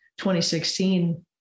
2016